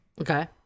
Okay